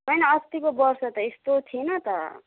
होइन अस्तिको वर्ष त यस्तो थिएन त